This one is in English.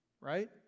right